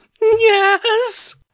Yes